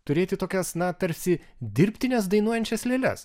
turėti tokias na tarsi dirbtines dainuojančias lėles